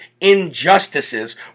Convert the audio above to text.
injustices